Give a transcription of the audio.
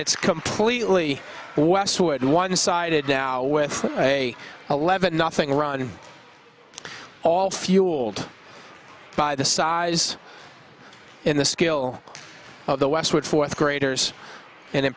it's completely westwood one sided now with a eleven nothing run all fuel by the size in the skill of the westwood fourth graders and in